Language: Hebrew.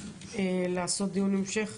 לעשות דיון המשך.